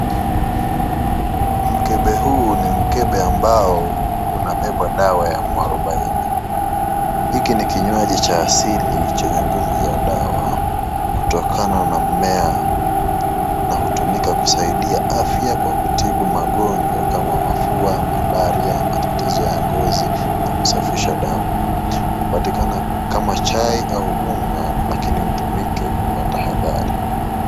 Mkebe huo ni mkebe ambao umebeba dawa ya arubaini, hiki ni kinywaji cha asili chenye nguvu za dawa, kutokana na mmea na hutumika kusaidia afya kwa kutibu magonjwa kama mafua, malaria , matatizo ya ngozi na kusafisha damu. Hupatikani kama chai au unga lakini utumike kwa tahadhari.